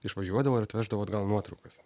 išvažiuodavo ir atveždavo atgal nuotraukas